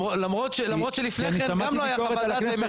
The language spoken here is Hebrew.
למרות שלפני כן גם לא הייתה חוות דעת והם השתתפו כאן.